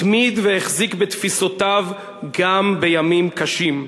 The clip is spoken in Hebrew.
התמיד והחזיק בתפיסותיו גם בימים קשים,